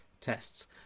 tests